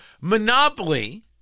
Monopoly